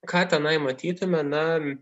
ką tenai matytume na